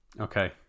okay